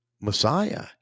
Messiah